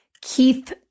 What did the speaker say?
Keith